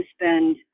spend